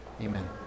Amen